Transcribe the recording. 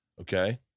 okay